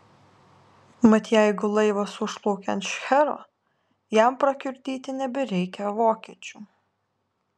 mat jeigu laivas užplaukia ant šchero jam prakiurdyti nebereikia vokiečių